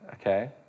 Okay